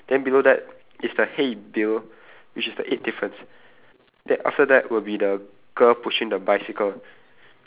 after that is the learn how to bet seventh difference in the book one okay then below that is the hey bill which is the eight difference